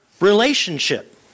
relationship